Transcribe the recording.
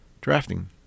drafting